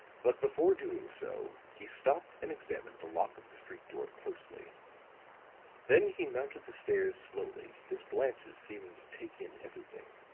but before doing so he stopped and examined the lock of the street door closely then he mounted the stairs slowly, his glances seeming to take in everything.